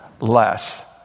less